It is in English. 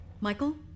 Michael